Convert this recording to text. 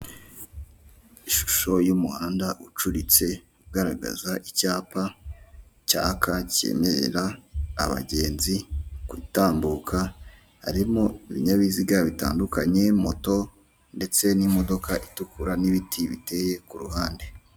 Ishusho y'umuhanda ucuritse, igaragaza icyapa cyaka cyemerera abagenzi gutambuka, harimo ibinyabiziga bitandukanye moto ndetse n'imodoka itukura n'ibiti biteye ku ruhande.